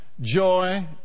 joy